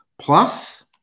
Plus